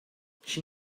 she